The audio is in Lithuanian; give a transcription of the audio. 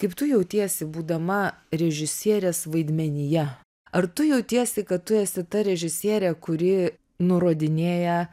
kaip tu jautiesi būdama režisierės vaidmenyje ar tu jautiesi kad tu esi ta režisierė kuri nurodinėja